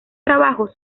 trabajos